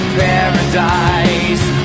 paradise